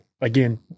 again